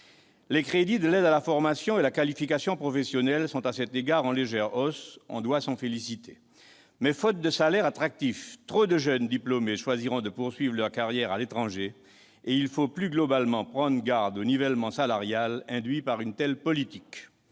Les crédits de l'aide à la formation et à la qualification professionnelles sont, à cet égard, en légère hausse, ce dont il faut se féliciter. Mais, faute de salaires attractifs, trop de jeunes diplômés choisiront de poursuivre leur carrière à l'étranger. Il faut plus globalement prendre garde au nivellement salarial provoqué par une telle politique.